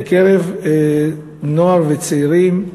בקרב נוער וצעירים,